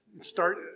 Start